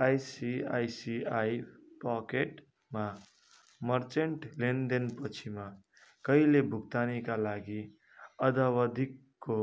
ICICI पकेटमा merchant लेनदेनपछि म कहिले भुक्तानीका लागि अद्यावधिकको